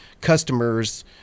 customers